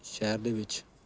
ਸ਼ਹਿਰ ਦੇ ਵਿੱਚ